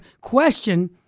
question